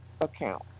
account